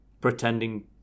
pretending